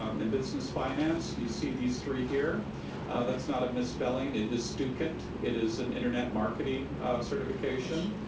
um and business finance, you see these three here that's not a misspelling it is stukent. it is an internet marketing certification.